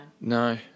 No